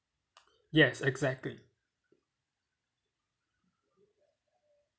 yes exactly